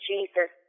Jesus